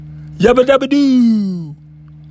Yabba-dabba-doo